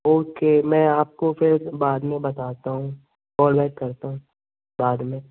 okay मैं आपको फिर बाद में बताता हूँ कॉल बैक करता हूँ बाद में